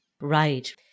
Right